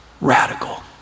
Radical